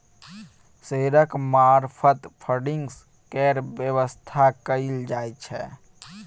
शेयरक मार्फत फडिंग केर बेबस्था कएल जाइ छै